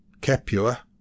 Capua